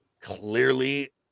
clearly